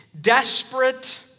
Desperate